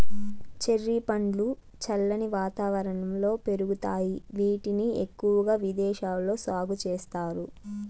cherry పండ్లు చల్లని వాతావరణంలో పెరుగుతాయి, వీటిని ఎక్కువగా విదేశాలలో సాగు చేస్తారు